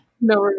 No